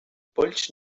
polls